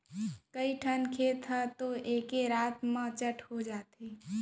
कइठन खेत ह तो एके रात म चट हो जाथे